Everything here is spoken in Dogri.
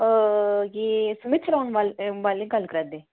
अ एह् फिक्स मॉल आह्ले गल्ल करदे